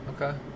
Okay